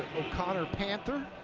o'connor panther,